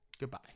Goodbye